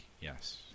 yes